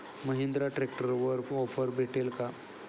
महिंद्रा ट्रॅक्टरवर ऑफर भेटेल का?